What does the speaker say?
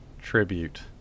tribute